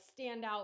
standout